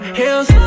hills